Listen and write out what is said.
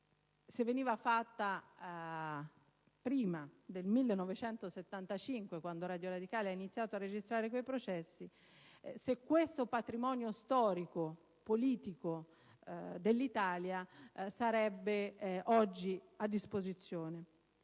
stata fatta prima del 1975, quando Radio Radicale ha iniziato a registrare quei processi, questo patrimonio storico e politico dell'Italia sarebbe oggi a disposizione.